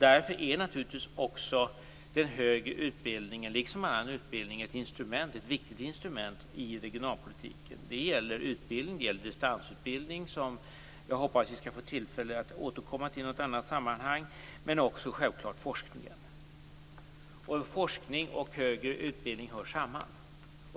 Därför är naturligtvis också den högre utbildningen, liksom all annan utbildning, ett viktigt instrument i regionalpolitiken. Det gäller utbildning, distansutbildning - som jag hoppas att vi skall få tillfälle att återkomma till i något annat sammanhang - men också, självfallet, forskning. Forskning och högre utbildning hör samman.